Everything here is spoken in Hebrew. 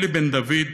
אלי בן-דוד,